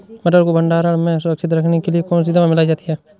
मटर को भंडारण में सुरक्षित रखने के लिए कौन सी दवा मिलाई जाती है?